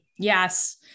Yes